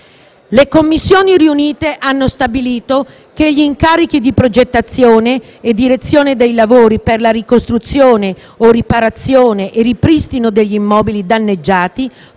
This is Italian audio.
Le Commissioni riunite hanno stabilito che gli incarichi di progettazione e direzione dei lavori per la ricostruzione o riparazione e ripristino degli immobili danneggiati